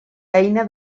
eina